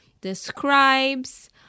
describes